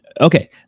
Okay